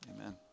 Amen